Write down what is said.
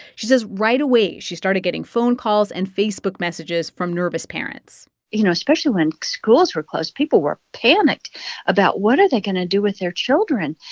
she says right away, she started getting phone calls and facebook messages from nervous parents you know, especially when schools were closed, people were panicked about what are they going to do with their children?